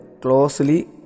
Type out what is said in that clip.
closely